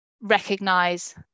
recognize